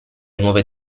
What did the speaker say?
nuove